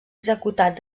executat